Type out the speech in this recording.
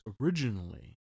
originally